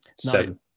seven